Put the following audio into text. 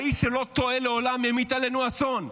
האיש שלא טועה לעולם המיט עלינו אסון.